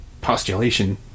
postulation